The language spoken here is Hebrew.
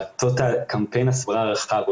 קמפיין הסברה רחב,